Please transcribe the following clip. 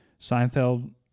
Seinfeld